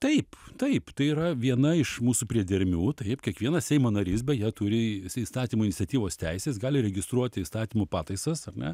taip taip tai yra viena iš mūsų priedermių taip kiekvienas seimo narys beje turi įstatymų iniciatyvos teisės gali registruoti įstatymų pataisas ar ne